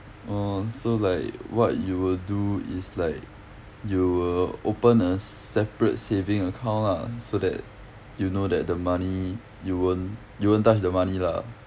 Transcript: orh so like what you will do is like you will open a separate saving account lah so that you know that the money you won't you won't touch the money lah